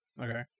Okay